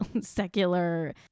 secular